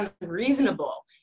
unreasonable